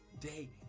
day